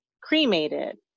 cremated